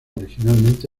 originalmente